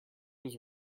was